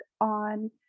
on